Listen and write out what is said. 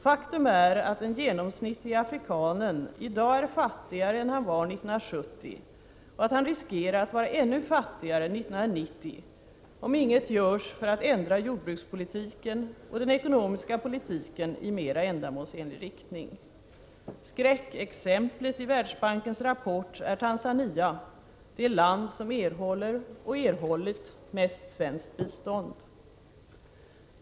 Faktum är att den genomsnittlige afrikanen i dag är fattigare än han var 1970 och att han riskerar att vara ännu fattigare 1990, om inget görs för att ändra jordbrukspolitiken och den ekonomiska politiken i mera ändamålsenlig riktning. Skräckexemplet i Världsbankens rapport är Tanzania, det land som erhåller och erhållit mest svenskt bistånd.